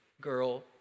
girl